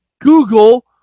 google